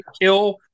kill